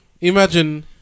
imagine